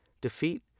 defeat